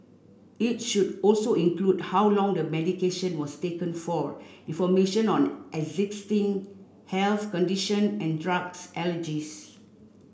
it should also include how long the medication was taken for information on existing health condition and drugs allergies